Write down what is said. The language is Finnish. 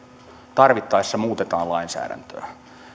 tarvittaessa muutetaan lainsäädäntöä